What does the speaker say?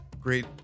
Great